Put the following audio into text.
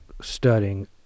studying